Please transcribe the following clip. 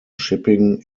shipping